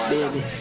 Baby